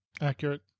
Accurate